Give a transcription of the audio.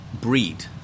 breed